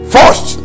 First